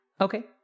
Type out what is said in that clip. Okay